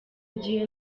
igihe